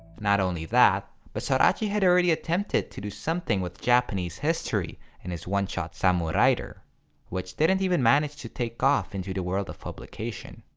not only that, but sorachi had already attempted to do something with japanese history in his one-shot samurai-der which didn't even manage to take off into the world of publication.